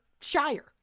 shire